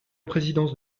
présidence